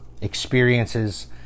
experiences